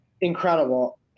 Incredible